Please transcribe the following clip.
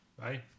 Bye